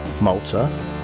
Malta